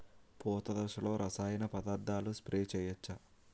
పూత దశలో రసాయన పదార్థాలు స్ప్రే చేయచ్చ?